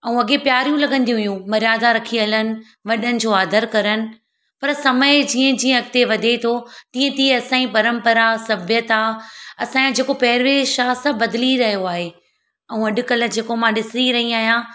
ऐं अॻे प्यारियूं लॻंदियूं हुयूं मर्यादा रखी हलनि वॾनि जो आदरु करनि पर समय जीअं जीअं अॻिते वधे थो तीअं तीअं असांजी परंपरा सभ्यता असांजो जेको पेरवेश आहे सभु बदिली रहियो आहे ऐं अॼुकल्ह जेको मां ॾिसी रही आहियां